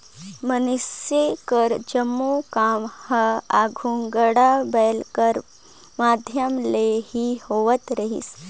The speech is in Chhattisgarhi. मइनसे कर जम्मो काम हर आघु गाड़ा बइला कर माध्यम ले ही होवत रहिस